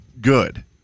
good